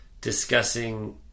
discussing